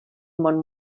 món